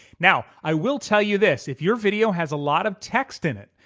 now i will tell you this if your video has a lot of text in it,